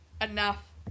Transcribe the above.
enough